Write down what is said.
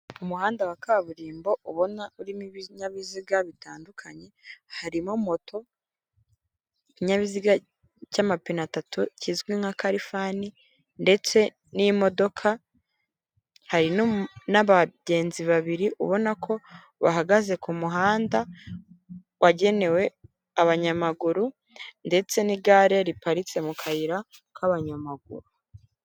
Umuhanda wa kaburimbo ubona urimo ibinyabiziga bitandukanye, harimo moto, ikinyabiziga cy'amapine atatu kizwi nka kalifani ndetse n'imodoka, hari n'abagenzi babiri ubona ko bahagaze ku muhanda wagenewe abanyamaguru ndetse n'igare riparitse mu kayira k'abanyamaguru.